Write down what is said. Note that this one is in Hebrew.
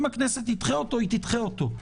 אם הוועדה תדחה אותו, היא תדחה אותו.